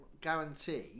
guarantee